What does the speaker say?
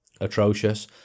atrocious